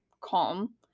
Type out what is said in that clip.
calm